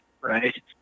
right